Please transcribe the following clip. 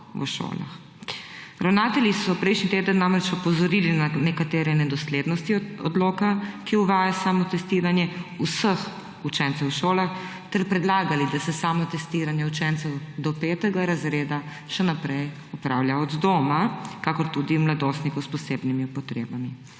v šolah. Ravnatelji so prejšnji teden namreč opozorili na nekatere nedoslednosti odloka, ki uvaja samotestiranje vseh učencev v šolah, ter predlagali, da se samotestiranje učencev do 5. razreda še naprej opravlja od doma kakor tudi mladostnikov s posebnimi potrebami.